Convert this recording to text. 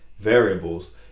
variables